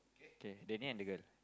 okay Daniel and the girl